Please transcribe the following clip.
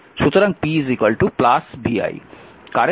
সুতরাং p vi